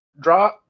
Draw